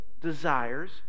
desires